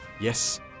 Yes